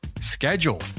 schedule